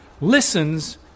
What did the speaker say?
listens